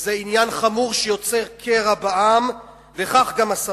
וזה עניין חמור שיוצר קרע בעם, וכך גם הסרבנות.